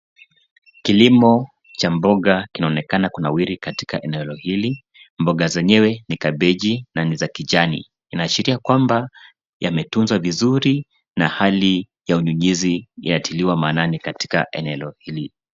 Kilimo cha mboga kinaonekana kunawiri katika eneo hili. Mboga zenyewe ni kabeji na ni zakijani. Inaashiria kwamba yametunzwa vizuri na hali ya unyunyuzi inatiliwa maanani katika eneo hili.